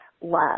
love